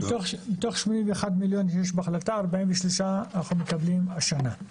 מתוך 81 מיליון שיש בהחלטה 43 אנחנו מקבלים השנה.